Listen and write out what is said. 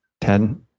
ten